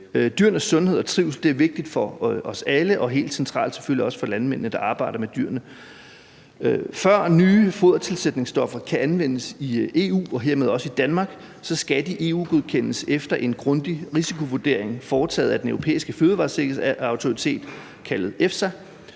Dyrenes sundhed og trivsel er vigtig for os alle og selvfølgelig også helt central for landmændene, der arbejder med dyrene. Før nye fodertilsætningsstoffer kan anvendes i EU og hermed også i Danmark, skal de EU-godkendes efter en grundig risikovurdering foretaget af Den Europæiske Fødevaresikkerhedsautoritet kaldet EFSA